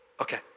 Okay